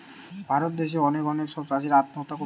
ভারত দ্যাশে অনেক অনেক সব চাষীরা আত্মহত্যা করতিছে